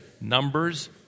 Numbers